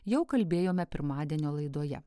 jau kalbėjome pirmadienio laidoje